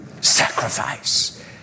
Sacrifice